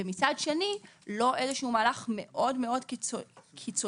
ומצד שני לא איזשהו מהלך מאוד מאוד קיצוני,